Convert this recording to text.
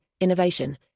innovation